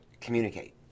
communicate